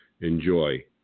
Enjoy